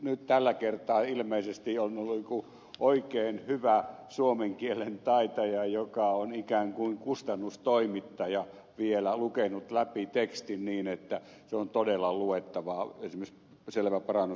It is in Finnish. nyt tällä kertaa ilmeisesti on ollut joku oikein hyvä suomen kielen taitaja joka on ikään kuin kustannustoimittaja vielä lukenut läpi tekstin niin että se on todella luettavaa esimerkiksi selvä parannus edelliseen